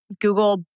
Google